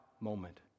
moment